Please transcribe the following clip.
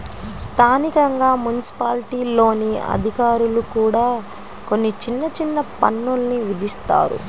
స్థానికంగా మున్సిపాలిటీల్లోని అధికారులు కూడా కొన్ని చిన్న చిన్న పన్నులు విధిస్తారు